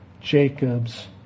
Jacob's